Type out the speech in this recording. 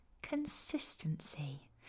consistency